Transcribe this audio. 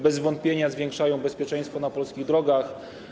Bez wątpienia zwiększają one bezpieczeństwo na polskich drogach.